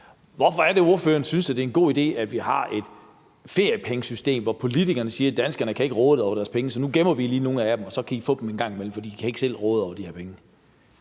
Hvorfor synes ordføreren det er en god idé, at vi har et feriepengesystem, hvor politikerne siger: Danskerne kan ikke selv råde over deres penge, så nu gemmer vi lige nogle af dem, og så kan de få dem en gang imellem, for de kan ikke selv råde over de her penge?